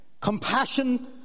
Compassion